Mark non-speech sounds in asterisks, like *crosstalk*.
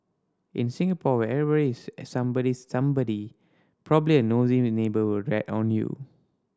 in Singapore where every is *unintelligible* somebody's somebody probably a nosy *unintelligible* neighbour will rat on you